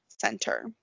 Center